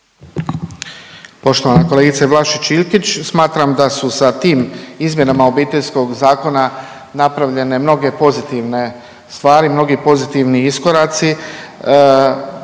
Poštovana kolegice Vlašić Iljkić, smatram da su sa tim izmjenama Obiteljskog zakona napravljene mnoge pozitivne stvari, mnogi pozitivni iskoraci.